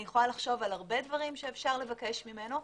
אני יכולה לחשוב על הרבה דברים שאפשר לבקש ממנו,